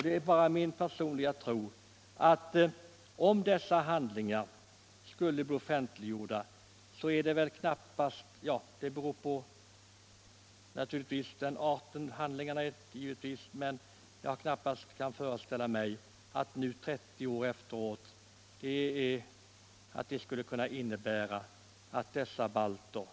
Det är min personliga tro att om dessa handlingar nu skulle bli offentliggjorda — men det beror givetvis på arten av handlingar — skulle det knappast innebära att balterna i Sverige behövde lida några obehag. Herr talman!